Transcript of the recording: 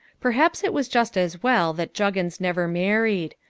perhaps it was just as well that juggins never married.